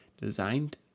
Designed